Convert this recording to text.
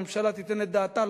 הממשלה תיתן את דעתה,